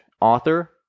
author